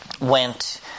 went